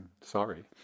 sorry